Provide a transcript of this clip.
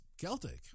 Celtic